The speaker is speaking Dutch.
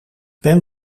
ben